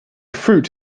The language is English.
fruit